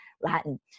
Latin